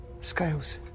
Scales